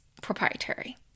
proprietary